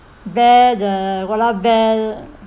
bear the koala bear